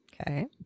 Okay